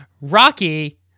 Rocky